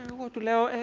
what is